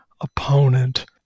opponent